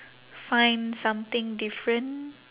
find something different